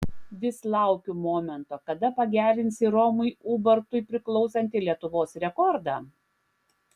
vis laukiu momento kada pagerinsi romui ubartui priklausantį lietuvos rekordą